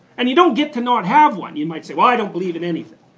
and you don't get to not have one. you might say, well i don't believe in anything.